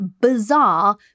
bizarre